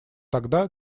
тогда